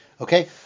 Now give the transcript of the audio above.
Okay